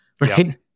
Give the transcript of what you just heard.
Right